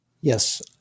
Yes